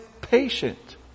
patient